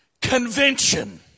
Convention